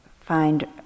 find